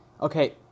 Okay